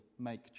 make